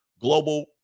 global